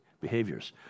behaviors